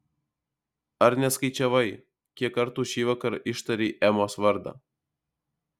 ar neskaičiavai kiek kartų šįvakar ištarei emos vardą